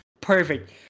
perfect